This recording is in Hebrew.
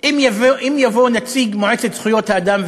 אם יבוא נציג מועצת זכויות האדם,